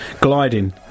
gliding